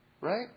Right